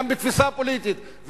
גם בתפיסה פוליטית,